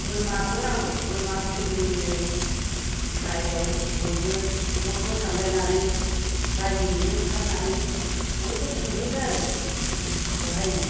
बोरमाबो नांगौ बोरमा बुलि होयो रायजोआव बयबो ज' ज' थांलायनानै रायजोयैनो ओंखारनानै बयबो खुंहैयो आरो बेवहायनो